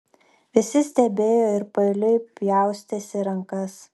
visi stebėjo ir paeiliui pjaustėsi rankas